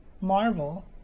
Marvel